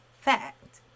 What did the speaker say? fact